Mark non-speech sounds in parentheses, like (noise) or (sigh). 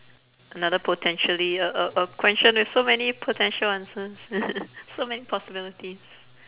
another potentially a a a question with so many potential answers (laughs) so many possibilities